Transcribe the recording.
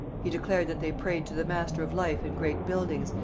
he declared that they prayed to the master of life in great buildings,